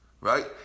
right